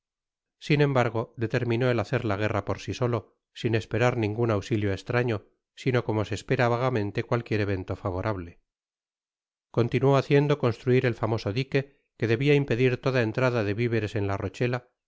sin embargo determinó el hacer la guerra por si solo sin esperar ningun ausilio estrano sino como se espera vagamente cualquier evento favorable contimió haciendo construir el famoso dique que debia impedir toda entrada de viveres en la rochela